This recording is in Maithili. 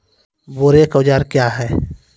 बोरेक औजार क्या हैं?